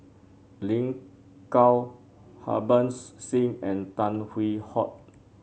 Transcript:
Lin Gao Harbans Singh and Tan Hwee Hock